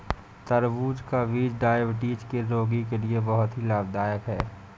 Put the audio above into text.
तरबूज का बीज डायबिटीज के रोगी के लिए बहुत ही लाभदायक है